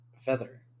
Feather